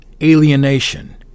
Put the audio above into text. alienation